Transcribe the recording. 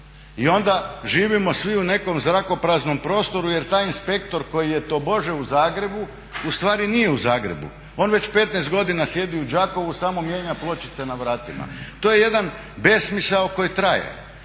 I onda živimo svi u nekom zrakopraznom prostoru, jer taj inspektor koji je tobože u Zagrebu u stvari nije u Zagrebu. On već 15 godina sjedi u Đakovu, samo mijenja pločice na vratima. To je jedan besmisao koji traje.